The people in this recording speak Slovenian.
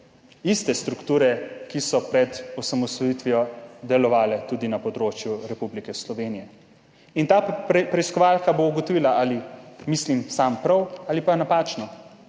iste strukture, ki so pred osamosvojitvijo delovale tudi na področju Republike Slovenije. Ta preiskovalka bo ugotovila, ali mislim prav ali napačno,